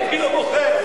אני לא מוחה.